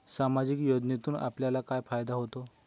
सामाजिक योजनेतून आपल्याला काय फायदा होतो?